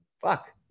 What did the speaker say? fuck